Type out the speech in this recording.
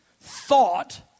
thought